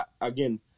Again